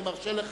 אני מרשה לך,